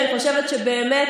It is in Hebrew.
אני חושבת שבאמת